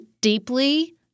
deeply